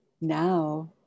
now